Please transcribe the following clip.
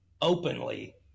openly